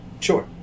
Sure